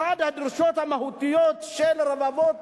אחת הדרישות המהותיות של רבבות